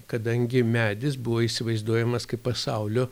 kadangi medis buvo įsivaizduojamas kaip pasaulio